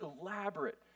elaborate